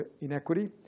inequity